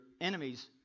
enemies